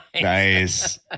Nice